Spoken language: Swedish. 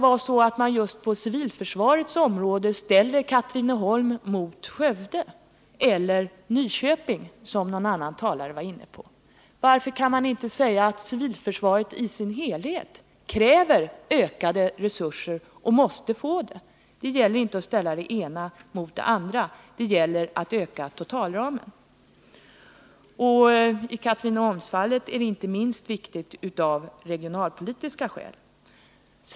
Varför skall det just på civilförsvarets område vara så att man ställer Katrineholm mot Skövde eller Nyköping, som någon talare var inne på? Varför kan man inte säga att civilförsvaret i dess helhet kräver ökade resurser och måste få det? Det gäller inte att ställa det ena mot det andra, utan det gäller att öka totalramen. I Katrineholmsfallet är detta viktigt inte minst av regionalpolitiska skäl.